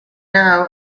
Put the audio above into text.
now